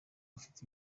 bafite